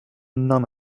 nun